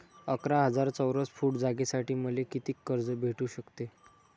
अकरा हजार चौरस फुट जागेसाठी मले कितीक कर्ज भेटू शकते?